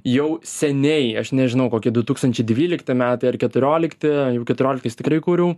jau seniai aš nežinau kokį du tūkstančiai dvylikti metai ar keturiolikti keturioliktais tikrai kūriau